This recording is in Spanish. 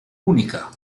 única